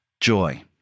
joy